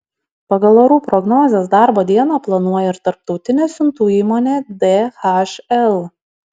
pagal orų prognozes darbo dieną planuoja ir tarptautinė siuntų įmonė dhl